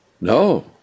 No